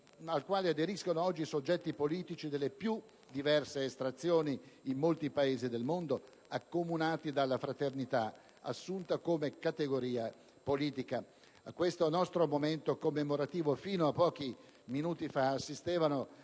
al quale aderiscono oggi soggetti politici delle più diverse estrazioni, in molti Paesi del mondo, accomunati dalla fraternità assunta come categoria politica. Al nostro momento commemorativo, fino a pochi minuti fa, assistevano